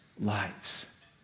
lives